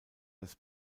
das